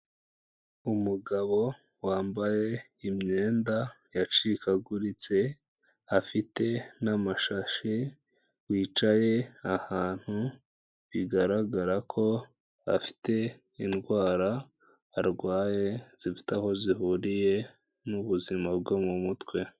Umugabo wambaye imyenda yacikaguritse afite n'amashashi wicaye ahantu, bigaragara ko afite indwara arwaye zifite aho zihuriye n'ubuzima bwo mu mutwe.